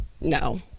no